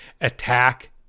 attack